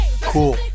Cool